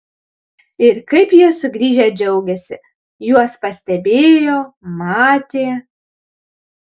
ir kaip jie sugrįžę džiaugėsi juos pastebėjo matė